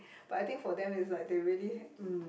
but I think for them is like they really mm